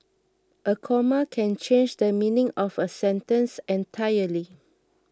a comma can change the meaning of a sentence entirely